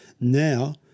now